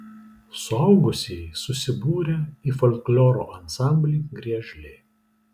suaugusieji susibūrę į folkloro ansamblį griežlė